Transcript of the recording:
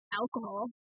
alcohol